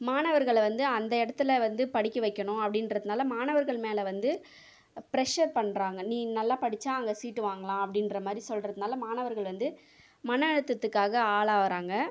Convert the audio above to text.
மாணவர்களை வந்து அந்த இடத்தில் வந்து படிக்க வைக்கணும் அப்படின்றதுனால மாணவர்கள் மேலே வந்து ப்ரஷர் பண்ணுறாங்க நீ நல்லா படித்தா அங்கே சீட்டு வாங்கலாம் அப்படிங்கிற மாதிரி சொல்கிறதுனால மாணவர்கள் வந்து மனஅழுத்தத்துக்காக ஆளாகிறாங்க